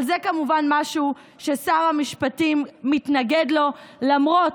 אבל זה כמובן משהו ששר המשפטים מתנגד לו למרות